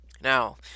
Now